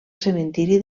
cementiri